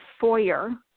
foyer